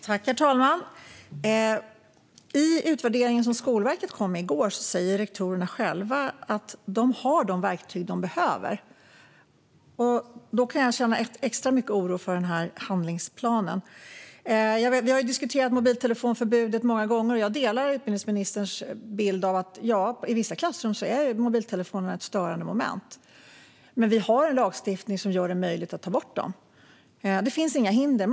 Herr talman! I utvärderingen som Skolverket lade fram i går säger rektorerna själva att de har de verktyg de behöver. Då kan jag känna extra mycket oro för handlingsplanen. Vi har diskuterat mobiltelefonförbudet många gånger, och jag instämmer i utbildningsministerns bild av att i vissa klassrum är mobiltelefonen ett störande moment. Men det finns en lagstiftning som gör det möjligt att ta bort dem. Det finns inga hinder.